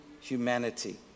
humanity